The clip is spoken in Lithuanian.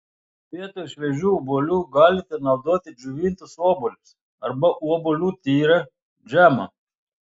vietoj šviežių obuolių galite naudoti džiovintus obuolius arba obuolių tyrę džemą